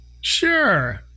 sure